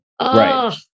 Right